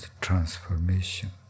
transformation